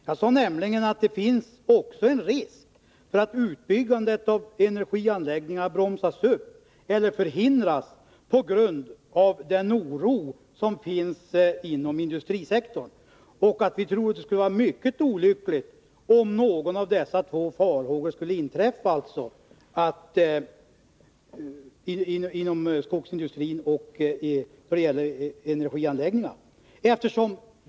Jag sade nämligen att det också finns en risk för att utbyggandet av energianläggningar bromsas upp eller förhindras på grund av den oro som finns inom industrisektorn. Vi tror att det skulle vara mycket olyckligt om farhågorna inom skogsindustrin eller när det gäller energianläggningarna skulle besannas.